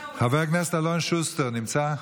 חבר הכנסת אלון שוסטר נמצא?